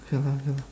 K lah K lah